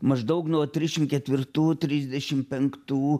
maždaug nuo trišim ketvirtų trisdešim penktų